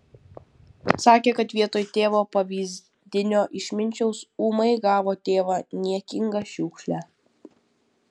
sakė kad vietoj tėvo pavyzdinio išminčiaus ūmai gavo tėvą niekingą šiukšlę